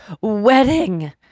wedding